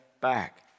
back